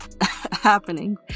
happening